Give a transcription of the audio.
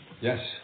Yes